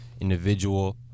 individual